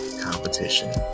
Competition